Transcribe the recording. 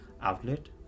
outlet